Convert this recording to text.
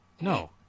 No